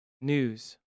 news